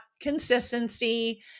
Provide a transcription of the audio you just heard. consistency